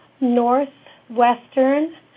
northwestern